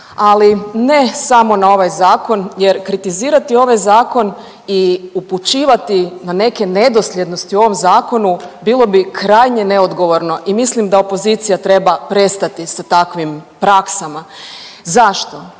ali ne samo na ovaj zakon jer kritizirati ovaj zakon i upućivati na neke nedosljednosti u ovom zakonu bilo bi krajnje neodgovorno i mislim da opozicija treba prestati sa takvim praksama. Zašto?